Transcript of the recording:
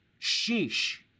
sheesh